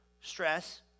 stress